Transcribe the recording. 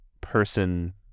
person